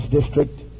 district